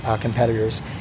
competitors